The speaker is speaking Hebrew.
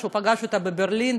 כשהוא פגש אותה בברלין,